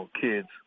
kids